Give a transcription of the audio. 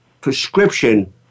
prescription